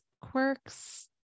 quirks